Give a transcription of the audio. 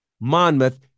Monmouth